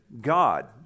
God